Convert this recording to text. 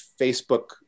Facebook